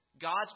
God's